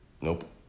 Nope